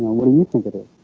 what do you think of this?